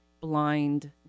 blind